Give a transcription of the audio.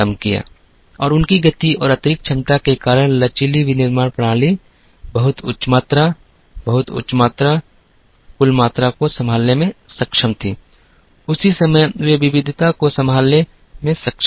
और उनकी गति और अतिरिक्त क्षमता के कारण लचीली विनिर्माण प्रणाली बहुत उच्च मात्रा बहुत उच्च कुल मात्रा को संभालने में सक्षम थी उसी समय वे विविधता को संभालने में सक्षम थे